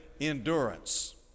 endurance